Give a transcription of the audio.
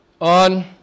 on